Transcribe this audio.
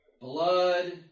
blood